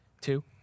Two